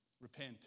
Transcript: Repent